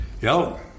Yo